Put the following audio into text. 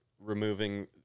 removing